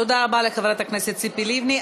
תודה רבה לחברת הכנסת ציפי לבני.